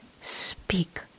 speak